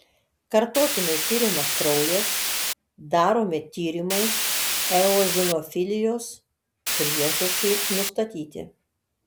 kartotinai tiriamas kraujas daromi tyrimai eozinofilijos priežasčiai nustatyti